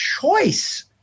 choice